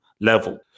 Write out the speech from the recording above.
level